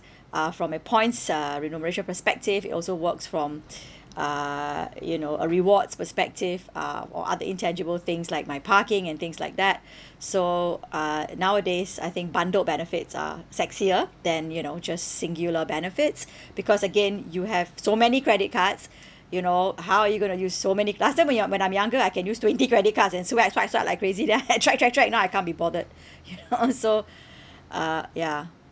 uh from my points uh remuneration perspective it also works from uh you know uh rewards perspective um or other intangible things like my parking and things like that so uh nowadays I think bundled benefits are sexier than you know just singular benefits because again you have so many credit cards you know how are you going to use so many last time when you're when I'm younger I can use twenty credit cards and swipe swipe swipe like crazy then I track track track now I can't be bothered you know so uh ya